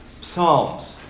Psalms